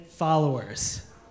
followers